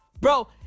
Bro